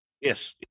yes